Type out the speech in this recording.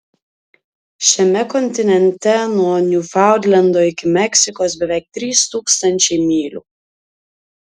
šiame kontinente nuo niūfaundlendo iki meksikos beveik trys tūkstančiai mylių